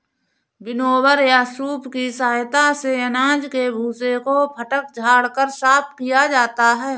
winnower या सूप की सहायता से अनाज के भूसे को फटक झाड़ कर साफ किया जाता है